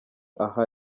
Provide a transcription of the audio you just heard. aha